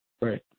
Right